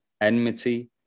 enmity